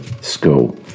school